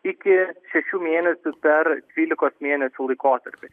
iki šešių mėnesių per dvylikos mėnesių laikotarpį